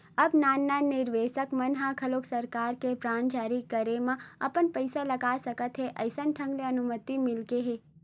अब नान नान निवेसक मन ह घलोक सरकार के बांड जारी करे म अपन पइसा लगा सकत हे अइसन ढंग ले अनुमति मिलगे हे